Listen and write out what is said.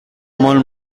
molt